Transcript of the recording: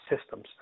systems